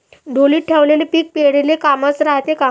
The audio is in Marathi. ढोलीत ठेवलेलं पीक पेरनीले कामाचं रायते का?